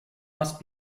must